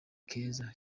keza